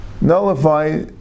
nullify